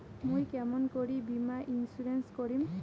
মুই কেমন করি বীমা ইন্সুরেন্স করিম?